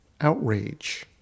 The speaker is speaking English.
Outrage